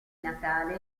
natale